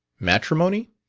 matrimony?